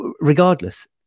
regardless